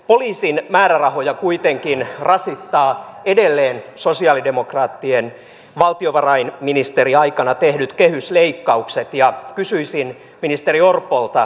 poliisin määrärahoja kuitenkin rasittaa edelleen sosialidemokraattien valtiovarainministeriaikana tehdyt kehysleikkaukset ja kysyisin ministeri orpolta